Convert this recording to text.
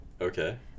Okay